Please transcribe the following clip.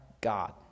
God